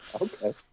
Okay